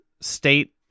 state